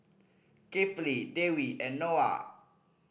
Kifli Dewi and Noah